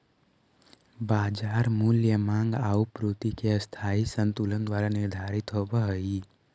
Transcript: बाजार मूल्य माँग आउ पूर्ति के अस्थायी संतुलन द्वारा निर्धारित होवऽ हइ